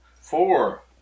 Four